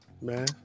man